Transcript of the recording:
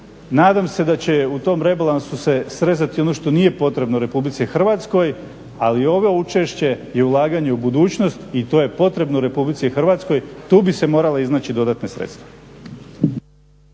nadam se da će u tom rebalansu se srezati ono što nije potrebno Republici Hrvatskoj, ali ovo učešće je ulaganje u budućnost i to je potrebno Republici Hrvatskoj. Tu bi se morala iznaći dodatna sredstva.